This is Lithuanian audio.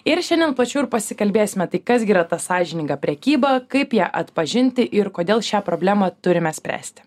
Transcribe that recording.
ir šiandien plačiau ir pasikalbėsime tai kas greta sąžiningą prekybą kaip ją atpažinti ir kodėl šią problemą turime spręsti